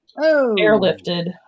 airlifted